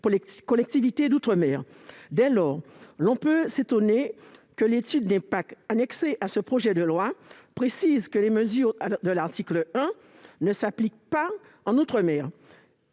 collectivités d'outre-mer. Dès lors, on peut s'étonner que l'étude d'impact annexée à ce projet de loi précise que les mesures de l'article 1 ne s'appliquent pas en outre-mer.